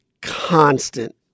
constant